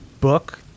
book